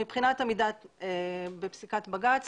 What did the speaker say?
בפסיקת בג"ץ